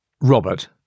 Robert